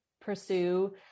pursue